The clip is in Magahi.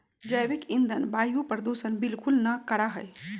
जैविक ईंधन वायु प्रदूषण बिलकुल ना करा हई